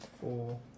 Four